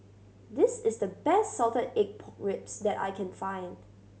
this is the best salted egg pork ribs that I can find